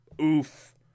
oof